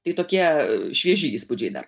tai tokie švieži įspūdžiai dar